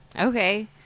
Okay